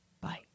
Bye